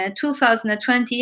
2020